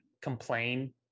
complain